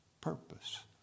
purpose